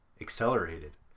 accelerated